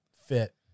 fit